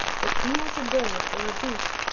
but he was a bird or a beast,